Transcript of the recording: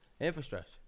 infrastructure